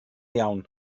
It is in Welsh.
iawn